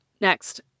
Next